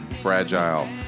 fragile